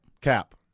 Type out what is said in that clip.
Cap